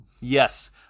Yes